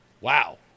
wow